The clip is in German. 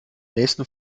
nächsten